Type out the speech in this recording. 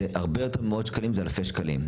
מדובר על יותר ממאות שקלים, מדובר על אלפי שקלים.